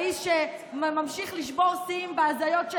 האיש שממשיך לשבור שיאים בהזיות של